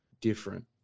different